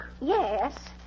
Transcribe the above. Yes